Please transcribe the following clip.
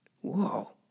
Whoa